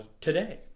today